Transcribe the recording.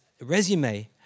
resume